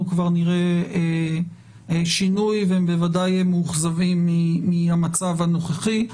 כבר נראה שינוי והם בוודאי מאוכזבים מהמצב הנוכחי.